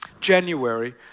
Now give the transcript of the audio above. January